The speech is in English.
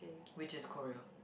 which is Korea